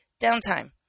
Downtime